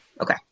okay